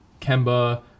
Kemba